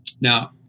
now